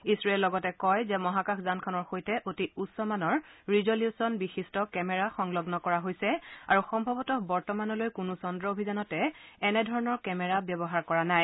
ইছৰোৱে লগতে কয় যে মহাকাশ যানখনৰ সৈতে অতি উচ্চমানৰ ৰিজ'লুখনবিশিষ্ট কেমেৰা সংলগ্ন কৰা হৈছে আৰু সম্ভৱতঃ বৰ্তমানলৈ কোনো চন্দ্ৰ অভিযানতে এনেধৰণৰ কেমেৰা ব্যৱহাৰ কৰা নাই